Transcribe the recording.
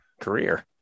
career